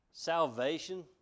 Salvation